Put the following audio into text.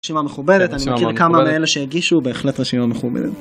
רשימה מכובדת, אני מכיר כמה מאלה שהגישו בהחלט רשימה מכובדת.